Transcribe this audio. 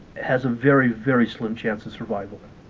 has a very, very slim chance of survival